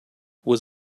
was